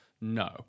no